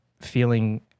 feeling